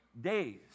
days